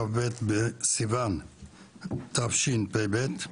כ"ב בסיון תשפ"ב.